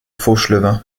fauchelevent